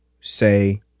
say